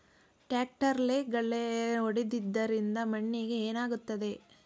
ಟ್ರಾಕ್ಟರ್ಲೆ ಗಳೆ ಹೊಡೆದಿದ್ದರಿಂದ ಮಣ್ಣಿಗೆ ಏನಾಗುತ್ತದೆ?